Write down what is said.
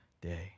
day